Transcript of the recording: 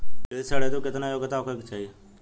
कृषि ऋण हेतू केतना योग्यता होखे के चाहीं?